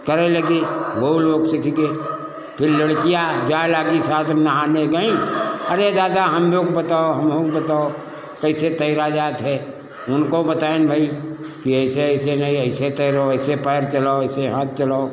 करै लगे वऊ लोग सिख गे फिर लड़कियाँ जाए लागी साथ में नहाने गईं अरे दादा हम लोग बताओ हमहूँ के बताओ कैसे तैरा जात है उनको बताएन भई कि ऐसे ऐसे नहीं ऐसे तैरो ऐसे पैर चलाओ अइसे हाथ चलाओ